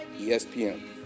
ESPN